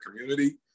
community